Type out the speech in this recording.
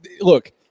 Look